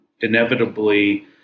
Inevitably